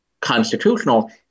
constitutional